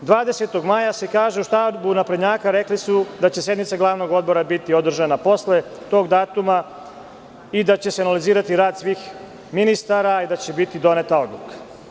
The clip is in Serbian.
U štabu naprednjaka, 20 maja, rekli su da će sednica Glavnog odbora biti održana posle tog datuma i da će se analizirati rad svih ministara i da će biti doneta odluka.